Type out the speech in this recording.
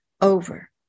over